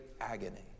agony